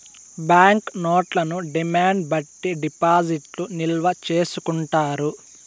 bank నోట్లను demand బట్టి డిపాజిట్లు నిల్వ చేసుకుంటారు